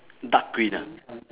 dark green ah